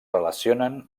relacionen